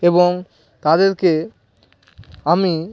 এবং তাদেরকে আমি